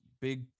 big